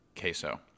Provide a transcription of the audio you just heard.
queso